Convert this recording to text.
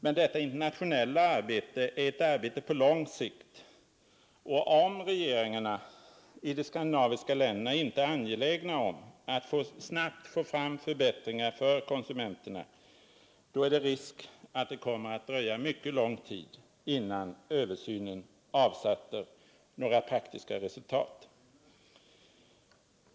Men detta internationella arbete är ett arbete på lång sikt, och om regeringarna i de skandinaviska länderna inte är angelägna att snabbt få fram förbättringar för konsumenterna, är det risk för att det kommer att dröja mycket lång tid, innan översynen avsätter några praktiska resultat.